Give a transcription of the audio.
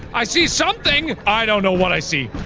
i see something, i don't know what i see.